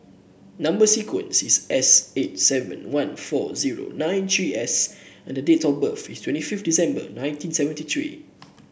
number sequence is S eight seven one four zero nine three S and the date of birth is twenty fifth December nineteen seventy three